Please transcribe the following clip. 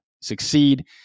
succeed